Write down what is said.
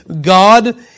God